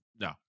No